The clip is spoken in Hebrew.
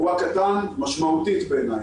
הוא הקטן משמעותית בעיני.